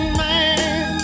man